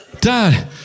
Dad